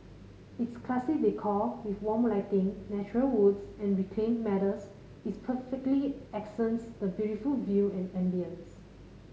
its classy decor with warm lighting natural woods and reclaimed metals is perfectly accents the beautiful view and ambience